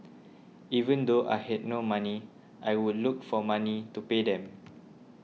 even though I had no money I would look for money to pay them